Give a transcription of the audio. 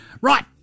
Right